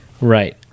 right